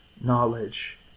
knowledge